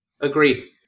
Agree